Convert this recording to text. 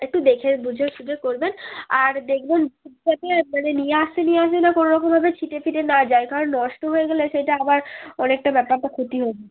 একটু দেখে বুঝে সুঝে করবেন আর দেখবেন ঠিক থাকে আর যাতে নিয়ে আসতে নিয়ে আসতে কোনো রকমভাবে ছিটে ফিটে না যায় কারণ নষ্ট হয়ে গেলে সেইটা আবার অনেকটা ব্যাপারটা ক্ষতি হবে